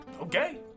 Okay